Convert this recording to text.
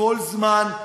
כל זמן,